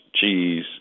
cheese